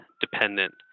dependent